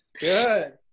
good